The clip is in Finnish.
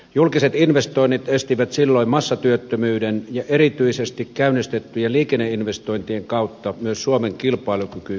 julkiset investoinnit estivät silloin massatyöttömyyden ja erityisesti käynnistettyjen liikenneinvestointien kautta myös suomen kilpailukyky parani